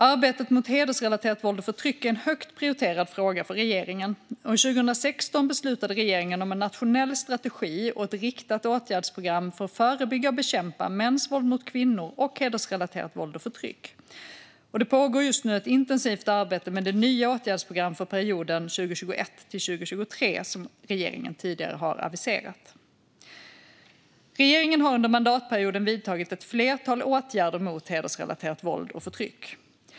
Arbetet mot hedersrelaterat våld och förtryck är en högt prioriterad fråga för regeringen, och 2016 beslutade regeringen om en nationell strategi och ett riktat åtgärdsprogram för att förebygga och bekämpa mäns våld mot kvinnor och hedersrelaterat våld och förtryck. Det pågår just nu ett intensivt arbete med det nya åtgärdsprogram för perioden 2021-2023 som regeringen tidigare har aviserat. Regeringen har under mandatperioden vidtagit ett flertal åtgärder mot hedersrelaterat våld och förtryck.